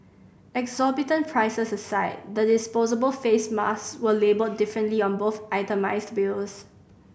exorbitant prices aside the disposable face masks were labelled differently on both itemised bills